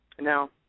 Now